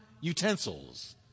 utensils